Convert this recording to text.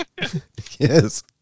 yes